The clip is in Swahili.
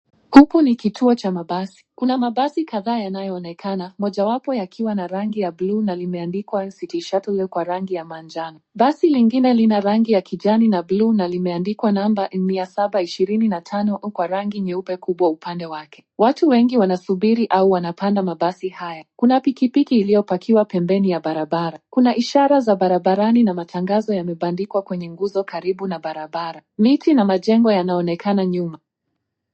Huku ni kituo cha mabasi , kuna mabasi kadhaa yanayoonekana moja wapo yakiwa na rangi ya buluu na limeandikwa City Shuttle kwa rangi ya manjano. Basi lingine lina rangi ya kijani na buluu , limeandikwa namba mia saba ishirini na tano kwa rangi nyeupe kubwa upande wake. Watu wengi wanasubiri au wanapanda mabasi haya. Kuna pikipiki iliyopakiwa pembeni ya barabara. Kuna ishara za barabarani na matangazo yamebandikwa kwenye nguzo karibu na barabara. Miti na majengo yanaonekana nyuma.